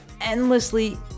endlessly